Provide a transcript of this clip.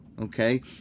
okay